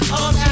on